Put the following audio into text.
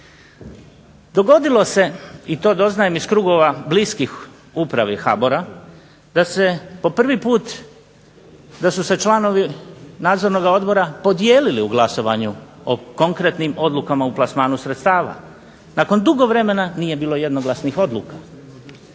Dogodilo se i to doznajem iz krugova bliskih upravi HBOR-a, da se po prvi put, da su se članovi nadzornoga odbora podijelili u glasovanju o konkretnim odlukama u plasmanu sredstava. Nakon dugo vremena nije bilo jednoglasnih odluka.